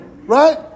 Right